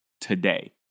today